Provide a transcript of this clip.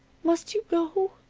must you go?